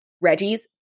Reggie's